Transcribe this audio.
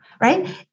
right